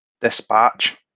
dispatch